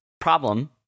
problem